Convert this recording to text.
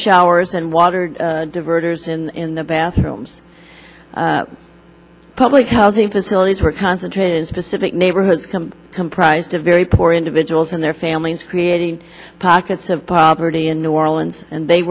showers and water diverters in the bathrooms public housing facilities were concentrated in specific neighborhoods comprised of very poor individuals and their families creating pockets of poverty in new orleans and they